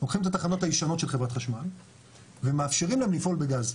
לוקחים את התחנות הישנות של חברת חשמל ומאפשרים להן לפעול בגז,